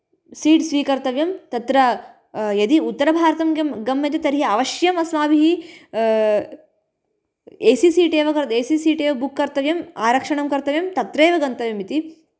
seat स्वीकर्तव्यं तत्र यदि उत्तरभारतं गम्यते तर्हि अवश्यम् अस्माभिः ए सि सीट् एव ए सी सीट् एव बुक् कर्तव्यम् आरक्षणं कर्तव्यं तत्रैव गन्तव्यम् इति